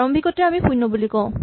প্ৰাৰম্ভিকতে আমি শূণ্য বুলি কওঁ